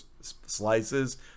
slices